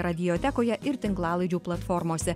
radiotekoje ir tinklalaidžių platformose